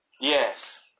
Yes